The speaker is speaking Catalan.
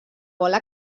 bola